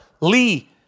Lee